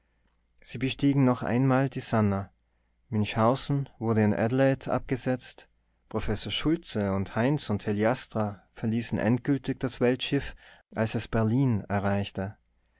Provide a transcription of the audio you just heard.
sie bestiegen noch einmal die sannah münchhausen wurde in adelaide abgesetzt professor schultze heinz und heliastra verließen endgültig das weltschiff als es berlin erreichte